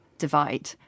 Divide